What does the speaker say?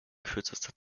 kürzester